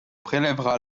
prélèvera